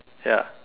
ya